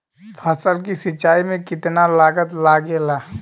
फसल की सिंचाई में कितना लागत लागेला?